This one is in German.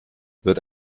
wird